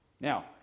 Now